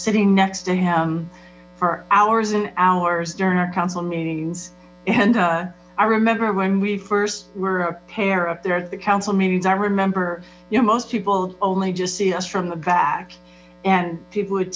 sitting next to him for hours and hours during our council meetings and i remember when we first were a pair up there at the council meetings i remember you know most people only just see us from the back and people would